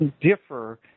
differ